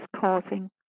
causing